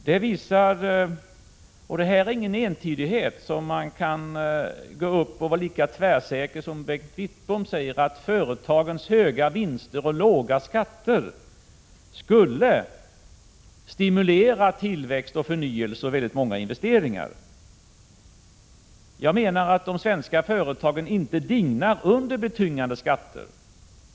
Det hela är inte så entydigt att man som Bengt Wittbom kan vara så tvärsäker på att företagens höga vinster och låga skatter skulle stimulera tillväxt och förnyelse och medföra synnerligen många investeringar. Jag menar att de svenska företagen inte dignar under betungande skatter.